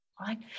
Right